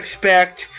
expect